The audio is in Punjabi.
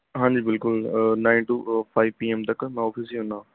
ਹਾਂਜੀ ਬਿਲਕੁਲ nine to five P M ਤੱਕ ਮੈਂ ਔਫ਼ਿਸ ਹੀ ਹੁੰਦਾ